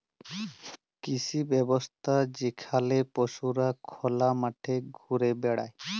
কৃষি ব্যবস্থা যেখালে পশুরা খলা মাঠে ঘুরে বেড়ায়